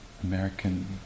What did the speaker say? American